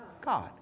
God